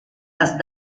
las